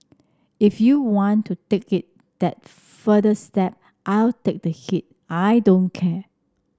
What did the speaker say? if you want to take it that further step I'll take the heat I don't care